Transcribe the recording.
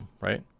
right